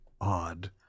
odd